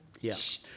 yes